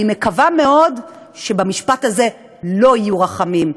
אני מקווה מאוד שבמשפט הזה לא יהיו רחמים,